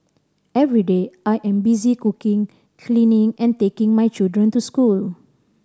every day I am busy cooking cleaning and taking my children to school